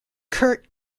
curt